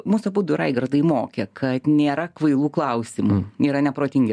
mus abudu raigardui mokė kad nėra kvailų klausimų nėra neprotingi